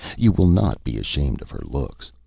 you will not be ashamed of her looks,